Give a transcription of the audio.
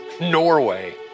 Norway